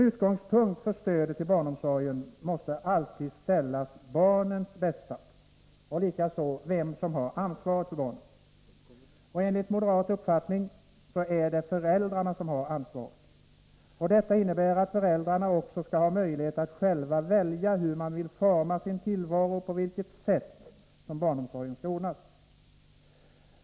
Utgångspunkten för stödet till barnomsorgen måste alltid vara barnens bästa och hänsyn till vem som har ansvaret för barnen. Enligt moderat uppfattning är det föräldrarna som har ansvaret. Detta innebär att föräldrarna också skall ha möjlighet att själva välja hur man vill forma sin tillvaro och på vilket sätt barnomsorgen skall ordnas.